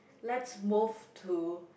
let's move to